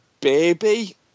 baby